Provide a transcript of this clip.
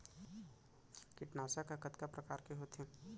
कीटनाशक ह कतका प्रकार के होथे?